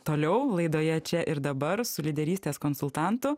toliau laidoje čia ir dabar su lyderystės konsultantu